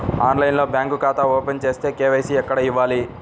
ఆన్లైన్లో బ్యాంకు ఖాతా ఓపెన్ చేస్తే, కే.వై.సి ఎక్కడ ఇవ్వాలి?